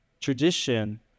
Tradition